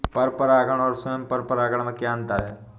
पर परागण और स्वयं परागण में क्या अंतर है?